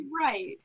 right